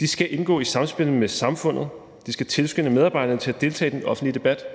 De skal indgå i et samspil med samfundet, de skal tilskynde medarbejderne til at deltage i den offentlige debat.